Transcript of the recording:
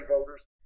voters